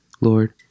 lord